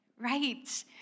right